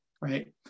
Right